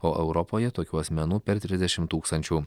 o europoje tokių asmenų per trisdešim tūkstančių